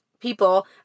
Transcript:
people